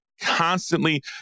constantly